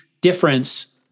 difference